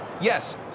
yes